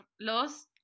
Los